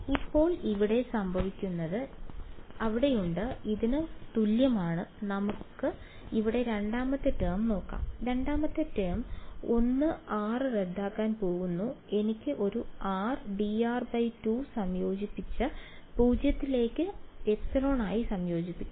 ഇപ്പോൾ ഇവിടെ സംഭവിക്കുന്നത് അവിടെയുണ്ട് ഇതിന് തുല്യമാണ് നമുക്ക് ഇവിടെ രണ്ടാമത്തെ ടേം നോക്കാം രണ്ടാമത്തെ ടേം 1 r റദ്ദാക്കാൻ പോകുന്നു എനിക്ക് ഒരു r dr2 സംയോജിപ്പിച്ച് 0 ലേക്ക് ε ആയി സംയോജിപ്പിക്കും